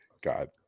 God